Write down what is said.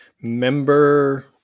member